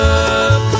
up